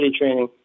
training